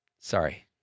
sorry